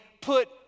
put